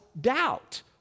doubt